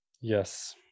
Yes